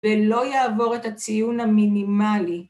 ‫ולא יעבור את הציון המינימלי.